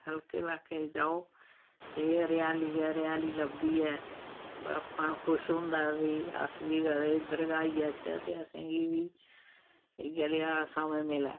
खलके लाकै ई जाओ ते एह् हरियाली गै हरियाली लभदी ऐ ते बड़ा मन खुश होंदा ऐ भई अस बी कदें इद्धर गै आई जाचै ते असें गी बी इ'यै लेआ समें मिलै